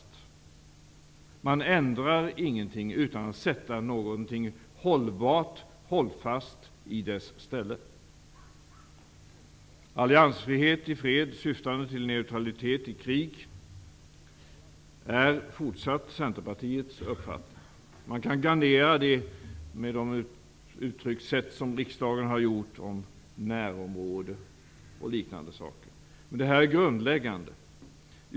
Det går inte att ändra någonting utan att sätta någonting hållbart i dess ställe. Att det skall vara alliansfrihet i fred syftande till neutralitet i krig är fortsatt Centerpartiets uppfattning. Det kan garneras med de uttalanden som riksdagen har gjort om närområde och liknande. Detta är grundläggande.